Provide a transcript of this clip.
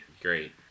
Great